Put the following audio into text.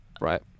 Right